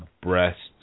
breasts